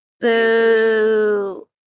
Boo